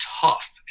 tough